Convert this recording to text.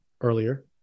earlier